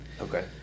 Okay